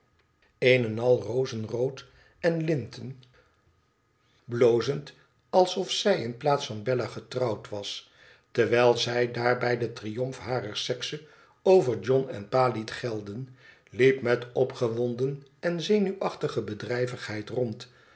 een en al rozenrood en linten blozend alsof zij in plaats bella getrouwd was terwijl zij daarbij den triomf harer sekse over john en pa liet gelden liep met opgewonden en zenuwachtige bedrijvigheid rond